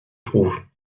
prouve